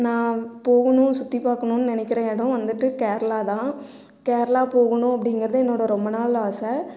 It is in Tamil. நான் போகணும் சுற்றி பார்க்கணுன் நினைக்கிற இடோம் வந்துட்டு கேரளா தான் கேரளா போகணும் அப்படிங்கறது என்னோடய ரொம்ப நாள் ஆசை